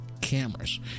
cameras